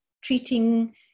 treating